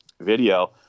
video